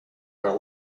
are